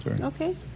Okay